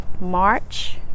March